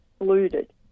excluded